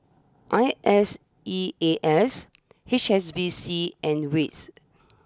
I S E A S H S B C and wits